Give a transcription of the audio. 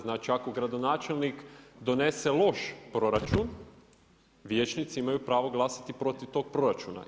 Znači ako gradonačelnik donese loš proračun, vijećnici imaju pravo glasati protiv tog proračuna.